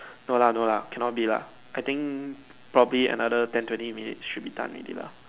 no lah no lah cannot be lah I think probably another ten twenty minutes should be done already lah